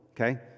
Okay